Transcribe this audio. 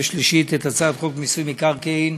ולקריאה שלישית את הצעת חוק מיסוי מקרקעין